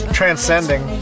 Transcending